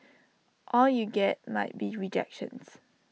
all you get might be rejections